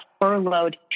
furloughed